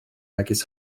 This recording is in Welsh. megis